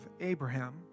abraham